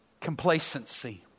complacency